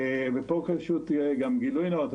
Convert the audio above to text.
ופה פשוט גם יהיה גילוי נאות,